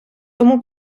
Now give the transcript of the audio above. тому